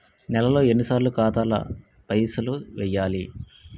నెలలో ఎన్నిసార్లు ఖాతాల పైసలు వెయ్యాలి?